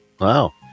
Wow